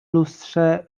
lustrze